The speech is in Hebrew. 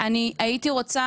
אני הייתי רוצה